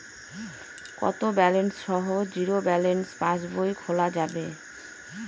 কত ব্যালেন্স সহ zero balance পাসবই খোলা যাবে?